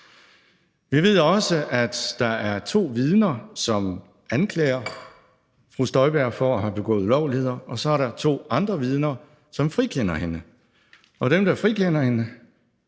Vi ved også, at der er to vidner, som anklager fru Inger Støjberg for at have begået ulovligheder, og at der er to andre vidner, som frikender hende. Dem, der frikender hende,